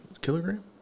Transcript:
kilogram